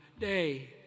day